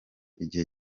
igihe